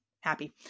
Happy